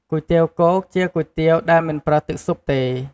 គុយទាវគោក ជាគុយទាវដែលមិនប្រើទឹកស៊ុបទេ។